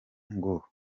ngo